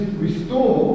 restore